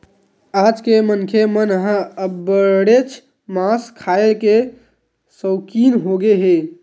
आज के मनखे मन ह अब्बड़ेच मांस खाए के सउकिन होगे हे